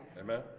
Amen